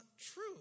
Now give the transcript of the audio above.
true